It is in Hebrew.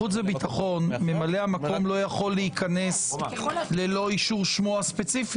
בחוץ וביטחון ממלא המקום לא יכול להיכנס ללא אישור שמו הספציפי.